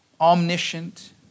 omniscient